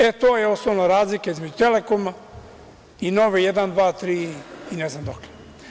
E to je osnovna razlika između „Telekoma“ i Nova 1, 2, 3 i ne znam dokle.